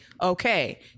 Okay